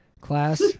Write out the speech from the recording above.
class